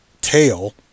tail